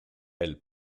elle